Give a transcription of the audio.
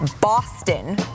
Boston